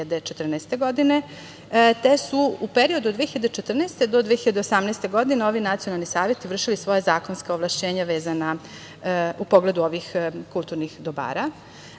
te su u periodu od 2014. do 2018. godine ovi nacionalni saveti vršili svoja zakonska ovlašćenja vezana u pogledu ovih kulturnih